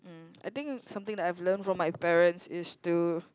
mm I think something that I've learn from my parents is to